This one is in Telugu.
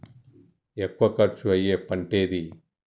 ఎక్కువ ఖర్చు అయ్యే పంటేది?